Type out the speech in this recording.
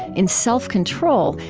in self-control,